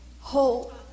whole